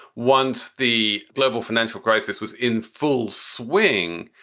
once the global financial crisis was in full swing.